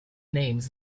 names